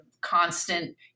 constant